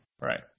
Right